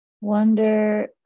Wonder